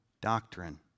doctrine